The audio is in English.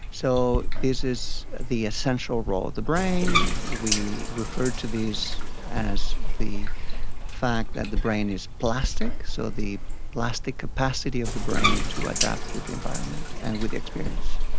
so this is the essential role of the brain. we refer to these as the fact that the brain is plastic, so the plastic capacity of the brain to adapt with the environment and with experience.